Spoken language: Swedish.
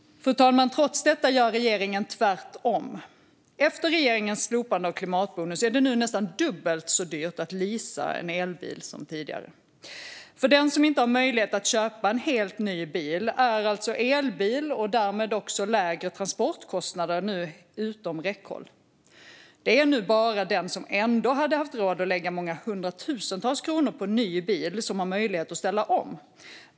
Trots detta gör regeringen tvärtom. Efter regeringens slopande av klimatbonusen är det nu nästan dubbelt så dyrt att leasa en elbil som tidigare. För den som inte har möjlighet att köpa en helt ny bil är alltså elbil, och därmed också lägre transportkostnader, nu utom räckhåll. Det är nu bara den som ändå hade haft råd att lägga många hundratusentals kronor på en ny bil som har möjlighet att ställa om.